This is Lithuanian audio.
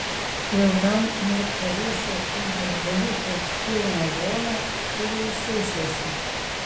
ilgam niurktelėsiu į burbuliukų pilną vonią ir ilsėsiuosi